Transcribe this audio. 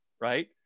right